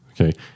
Okay